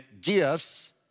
gifts